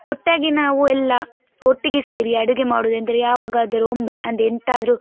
ಒಟ್ಟಾಗಿ ನಾವು ಎಲ್ಲಾ ಒಟ್ಟಿಗೆ ಸೇರಿ ಅಡುಗೆ ಮಾಡೋದೆಂದರೆ ಯಾವಾಗಾದರು ಒಮ್ಮೆ ಅಂದ್ರೆ ಎಂಥಾದ್ರು